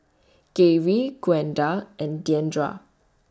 Garey Gwenda and Diandra